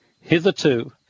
hitherto